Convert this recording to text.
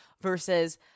versus